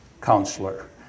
counselor